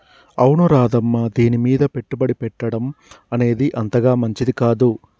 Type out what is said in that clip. అవును రాధమ్మ దీనిమీద పెట్టుబడి పెట్టడం అనేది అంతగా మంచిది కాదు